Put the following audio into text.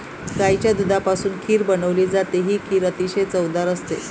गाईच्या दुधापासून खीर बनवली जाते, ही खीर अतिशय चवदार असते